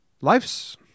Life's